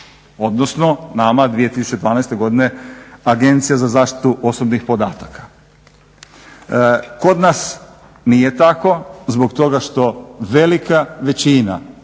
odnosno nama 2012.godine Agencija za zaštitu osobnih podataka. Kod nas nije tako zbog toga što velika većina